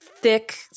thick